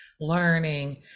learning